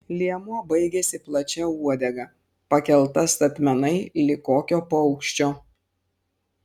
liemuo baigėsi plačia uodega pakelta statmenai lyg kokio paukščio